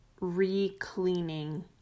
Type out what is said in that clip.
re-cleaning